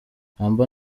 amber